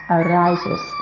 arises